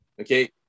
okay